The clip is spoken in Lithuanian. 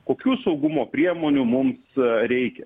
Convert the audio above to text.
kokių saugumo priemonių mums reikia